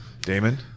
Damon